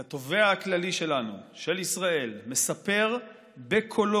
את התובע הכללי שלנו, של ישראל, מספר בקולו